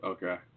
Okay